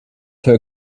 her